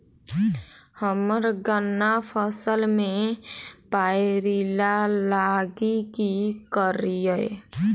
हम्मर गन्ना फसल मे पायरिल्ला लागि की करियै?